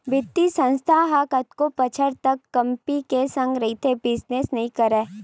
बित्तीय संस्था ह कतको बछर तक कंपी के संग रहिके बिजनेस नइ करय